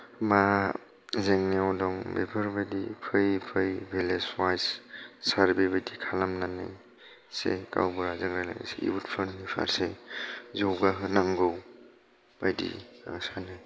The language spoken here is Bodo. मा जेंनायाव दं बेफोर बायदि फैयै फैयै भिलेज वायस सार्भे बादि खालामनानै इसे गावबुराजों रायलायना इसे युथफोरनि फारसे जौगाहोनांगौ बायदि आं सानो